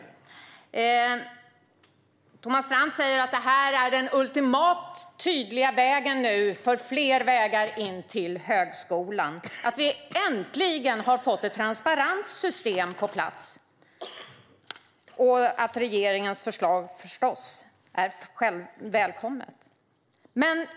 Thomas Strand säger att detta är den ultimata, tydliga vägen för fler vägar in till högskolan, att vi äntligen har fått ett transparent system på plats och att regeringens förslag är välkommet.